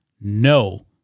no